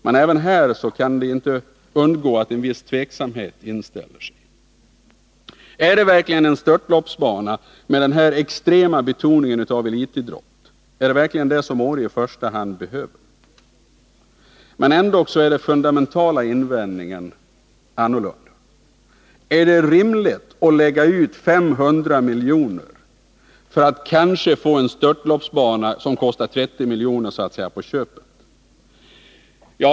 Men inte heller här kan det undgås att ett visst tvivel inställer sig. Är det verkligen en störtloppsbana med dess extrema betoning av elitidrott som Åre i första hand behöver? Den fundamentala invändningen är dock en annan: Är det rimligt att lägga ut 500 milj.kr. för att kanske få en störtloppsbana, som kostar 30 milj.kr., så att säga på köpet?